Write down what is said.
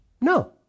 No